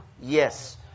Yes